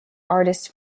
artists